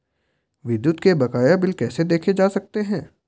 विद्युत के बकाया बिल कैसे देखे जा सकते हैं?